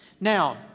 Now